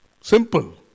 Simple